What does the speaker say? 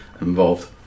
involved